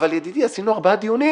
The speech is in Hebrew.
אבל ידידי, עשינו ארבעה דיונים